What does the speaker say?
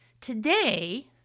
today